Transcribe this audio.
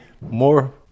more